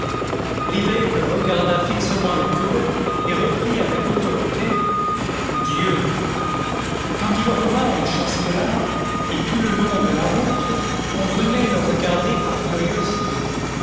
l'évêque regarda fixement le curé et reprit avec autorité dieu quand il revint au chastelar et tout le long de la route on venait le regarder par curiosité